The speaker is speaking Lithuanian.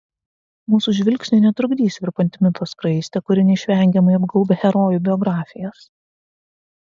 mūsų žvilgsniui netrukdys virpanti mito skraistė kuri neišvengiamai apgaubia herojų biografijas